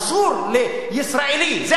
אסור לישראלי להגיד,